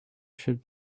should